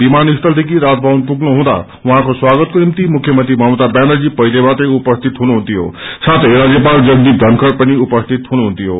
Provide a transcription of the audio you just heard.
विामानस्थलदेखि राजभवन पुग्नु हुँदा उहाँको स्वागतको निम्ति मुख्यमंत्री ममता व्यानर्जी पहिलेबाटै उपसिति हुन्थ्यो साथै राग्यपाल जगदीप धनखङ् पनि उपस्थित हुनुहुन्थ्यो